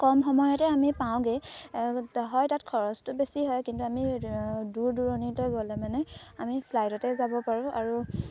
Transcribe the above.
কম সময়তে আমি পাওঁগৈ হয় তাত খৰচটো বেছি হয় কিন্তু আমি দূৰ দূৰণিলৈ গ'লে মানে আমি ফ্লাইটতে যাব পাৰোঁ আৰু